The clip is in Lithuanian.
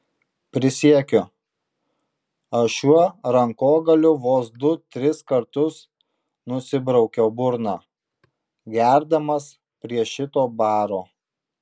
prisiekiu aš šiuo rankogaliu vos du tris kartus nusibraukiau burną gerdamas prie šito baro